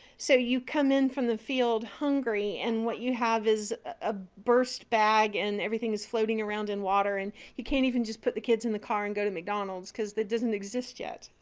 so you come in from the field hungry and what you have is a burst bag and everything is floating around in water and you can't even just put the kids in the car and go to mcdonalds because it doesn't exist yet.